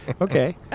Okay